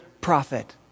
prophet